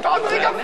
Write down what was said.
גם את